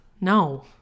No